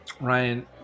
Ryan